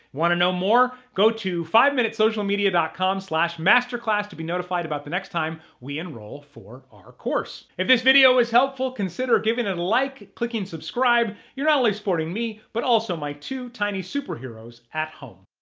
want to know more? go to fiveminutesocialmedia dot com slash masterclass to be notified about the next time we enroll for our course. if this video was helpful, consider giving it a like, clicking subscribe. you're not only supporting me, but also my two tiny superheroes at home.